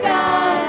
God